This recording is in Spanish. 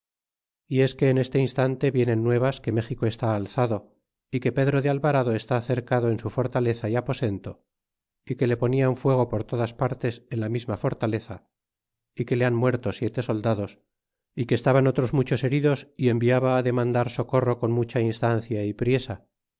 y es que en este instante vienen nuevas que méxico está alzado y que pedro de alvarado está cercado en su fortaleza y aposento y que le ponian fuego por todas partes en la misma fortaleza y que le han muerto siete soldados y que estaban otros muchos heridos y enviaba á demandar socorro con mucha instancia y priesa